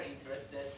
interested